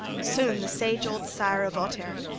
soon the sage old sire of ohtere,